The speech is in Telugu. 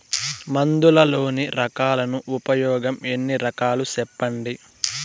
మందులలోని రకాలను ఉపయోగం ఎన్ని రకాలు? సెప్పండి?